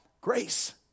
grace